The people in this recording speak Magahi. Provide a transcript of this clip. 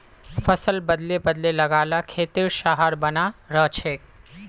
फसल बदले बदले लगा ल खेतेर सहार बने रहछेक